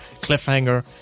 Cliffhanger